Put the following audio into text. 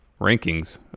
rankings